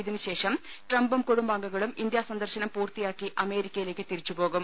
ഇതിനുശേഷം ട്രംപും കുടുംബാംഗങ്ങളും ഇന്ത്യാ സന്ദർശനം പൂർത്തിയാക്കി അമേരിക്കയിലേക്ക് തിരിച്ചുപോകും